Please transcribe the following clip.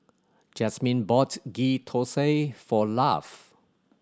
Jazmine bought Ghee Thosai for Lafe